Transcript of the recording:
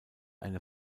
eine